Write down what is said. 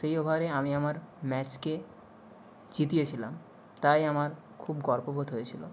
সেই ওভারে আমি আমার ম্যাচকে জিতিয়েছিলাম তাই আমার খুব গর্ব বোধ হয়েছিলো